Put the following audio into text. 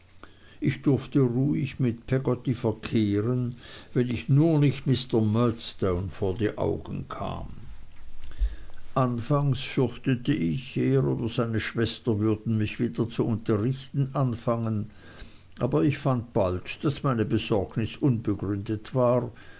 ich durfte ruhig mit peggotty verkehren wenn ich nur nicht mr murdstone vor die augen kam anfangs fürchtete ich er oder seine schwester würden mich wieder zu unterrichten anfangen aber ich fand bald daß meine besorgnis unbegründet war